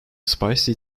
spicy